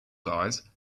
guys